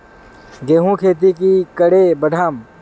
गेंहू खेती की करे बढ़ाम?